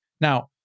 Now